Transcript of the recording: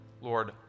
Lord